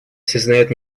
осознает